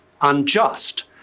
unjust